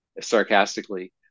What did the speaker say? sarcastically